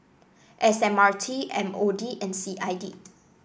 S M R T M O D and C I D